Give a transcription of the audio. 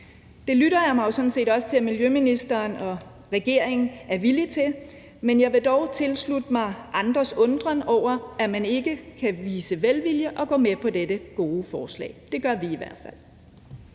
Det lytter jeg mig jo sådan set også til at miljøministeren og regeringen er villige til, men jeg vil dog tilslutte mig andres undren over, at man ikke kan vise velvilje og gå med på dette gode forslag. Det gør vi i hvert fald.